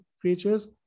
creatures